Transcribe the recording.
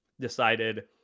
decided